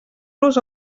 los